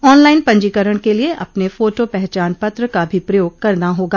online पंजीकरण के लिए अपने फोटो पहचान पत्र का भी प्रयोग करना होगा